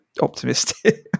optimistic